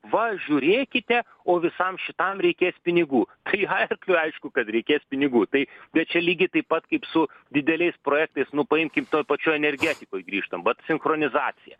va žiūrėkite o visam šitam reikės pinigų tai arkliui aišku kad reikės pinigų tai bet čia lygiai taip pat kaip su dideliais projektais nu paimkim tuo pačiu energetikoj grįžtam vat sinchronizacija